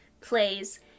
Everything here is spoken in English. plays